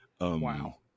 Wow